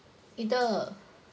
either